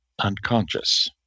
unconscious